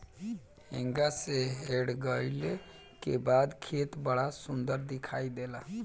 हेंगा से हेंगईले के बाद खेत बड़ा सुंदर दिखाई देला